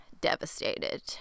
devastated